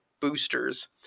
boosters